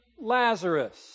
lazarus